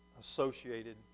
associated